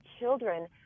children